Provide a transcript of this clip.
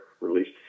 released